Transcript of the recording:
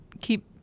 keep